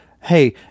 Hey